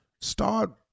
Start